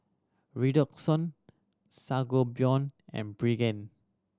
Redoxon Sangobion and Pregain